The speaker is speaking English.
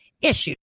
issue